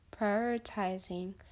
prioritizing